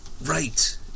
right